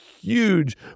huge